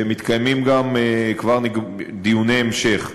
ומתקיימים גם דיוני בהמשך.